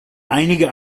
einige